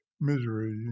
misery